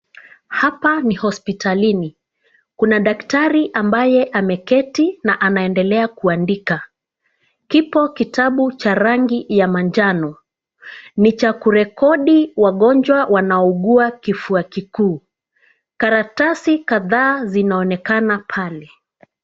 Hapa ni hospitalini. Kuna daktari ambaye ameketi na anaendelea kuandika. Kipo kitabu cha rangi ya manjano. Ni cha kurekodi wagonjwa wanaougua kifua kikuu. Karatasi kadhaa zinaonekana pale.